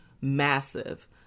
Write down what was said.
massive